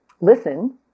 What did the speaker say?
listen